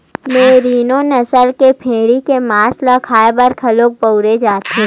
मेरिनों नसल के भेड़ी के मांस ल खाए बर घलो बउरे जाथे